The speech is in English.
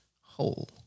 whole